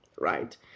right